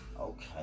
Okay